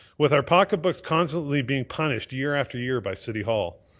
with our pocketbooks constantly being punished year after year by city hall,